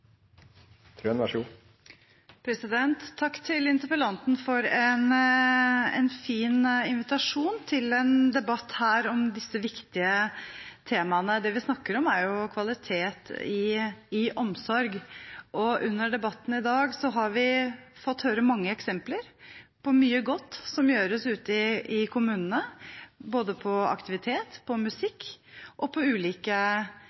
Takk til interpellanten for en fin invitasjon til en debatt her om disse viktige temaene. Det vi snakker om, er jo kvalitet i omsorg, og under debatten i dag har vi fått høre om mange eksempler på mye godt som gjøres ute i kommunene, både når det gjelder aktivitet, musikk og ulike